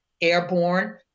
airborne